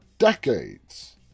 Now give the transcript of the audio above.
decades